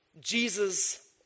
Jesus